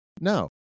No